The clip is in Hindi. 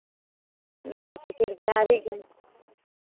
जैसे फिर बिहारीगंज